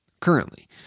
currently